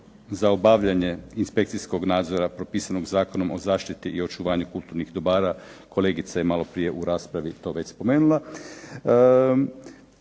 za obavljanje inspekcijskog nadzora propisanog Zakonom o zaštiti i očuvanju kulturnih dobara. Kolegica je maloprije u raspravi to već spomenula.